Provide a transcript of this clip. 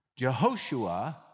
Jehoshua